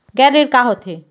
गैर ऋण का होथे?